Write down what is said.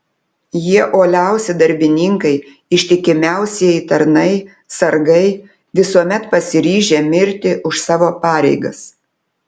jie uoliausi darbininkai ištikimiausieji tarnai sargai visuomet pasiryžę mirti už savo pareigas